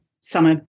Summer